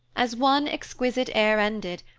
as one exquisite air ended,